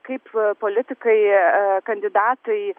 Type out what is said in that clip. kaip politikai kandidatai